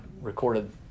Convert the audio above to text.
recorded